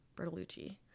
Bertolucci